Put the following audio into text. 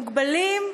מוגבלים,